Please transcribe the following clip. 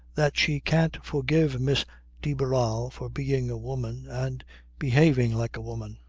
that she can't forgive miss de barral for being a woman and behaving like a woman.